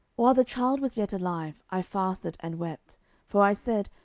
while the child was yet alive, i fasted and wept for i said,